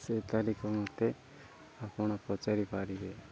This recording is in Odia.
ସେ ତାରିଖ ମୋତେ ଆପଣ ପଚାରି ପାରିବେ